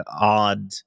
odd